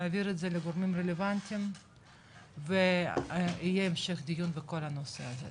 להעביר את זה לגורמים הרלוונטיים ויהיה המשך דיון בכל הנושא הזה.